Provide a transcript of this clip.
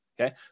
Okay